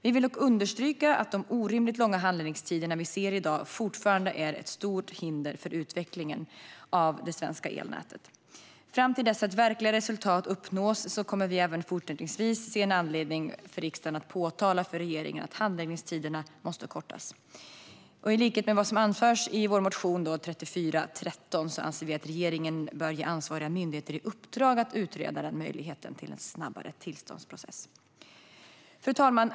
Vi vill dock understryka att de orimligt långa handläggningstider vi ser i dag fortfarande är ett stort hinder för utvecklingen av det svenska elnätet. Fram till dess att verkliga resultat uppnås ser vi även fortsättningsvis en anledning för riksdagen att påtala för regeringen att handläggningstiderna måste bli kortare. I likhet med vad som anförs i vår motion 3413 anser vi att regeringen bör ge ansvariga myndigheter i uppdrag att utreda möjligheten till en snabbare tillståndsprocess. Fru talman!